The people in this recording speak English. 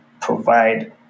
provide